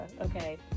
okay